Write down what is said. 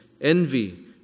envy